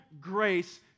grace